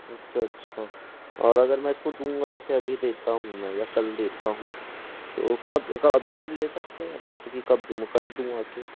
अच्छा अच्छा और अगर मैं इसको दूँगा जैसे अभी देता हूँ मैं या कल देता हूँ तो कब कब अभी ले सकते हैं आप इसको कि कब दूँ कल दूँ आके